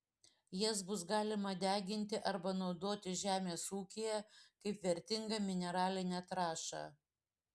jas bus galima deginti arba naudoti žemės ūkyje kaip vertingą mineralinę trąšą